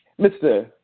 Mr